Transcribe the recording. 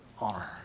honor